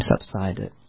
subsided